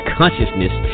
consciousness